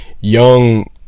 young